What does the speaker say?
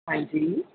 ਹਾਂਜੀ